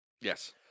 Yes